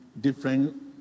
different